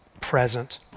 present